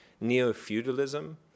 neo-feudalism